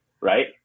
right